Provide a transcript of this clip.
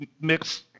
mix